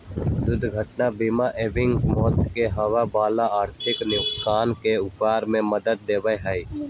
दुर्घटना बीमा एकबैग मौत से होवे वाला आर्थिक नुकसान से उबरे में मदद देवा हई